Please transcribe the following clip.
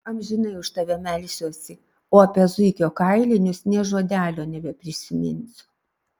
amžinai už tave melsiuosi o apie zuikio kailinius nė žodelio nebepriminsiu